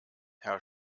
herr